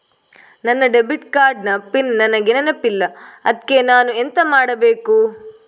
ನನ್ನ debit card ನ pin ನನಗೆ ನೆನಪಿಲ್ಲ ಅದ್ಕೆ ನಾನು ಎಂತ ಮಾಡಬೇಕು?